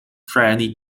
friendly